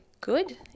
good